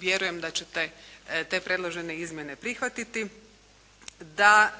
vjerujem da ćete te predložene izmjene prihvatiti da